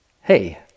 Hey